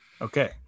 Okay